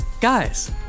Guys